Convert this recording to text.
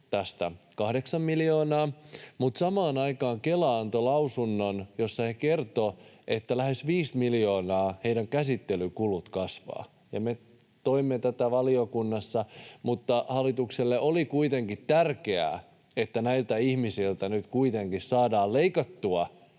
tästä kahdeksan miljoonaa mutta samaan aikaan Kela antoi lausunnon, jossa he kertoivat, että lähes viisi miljoonaa heidän käsittelykulunsa kasvavat. Me toimme tätä valiokunnassa, mutta hallitukselle oli kuitenkin tärkeää, että näiltä ihmisiltä nyt kuitenkin saadaan leikattua